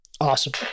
Awesome